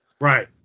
Right